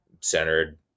centered